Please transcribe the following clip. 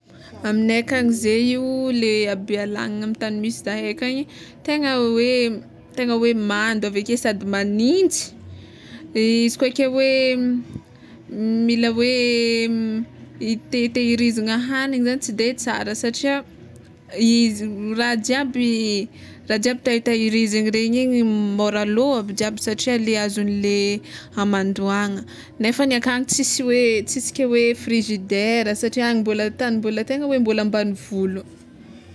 Aminay akagny ze io le a Bealagnana amy tany misy zahay akagny tegna tegna hoe mando aveke sady magnintsy izy koa ke hoe mila hoe hitehirizana hagniny zany tsy de tsara satria raha jiaby raha jiaby tahitahirizigny regny igny môra lo aby jiaby satria le azonle hamandoagna nefany ankagny tsisy hoe tsisy ke hoe frizidera satria any mbola tany mbola tegna hoe mbola ambanivolo.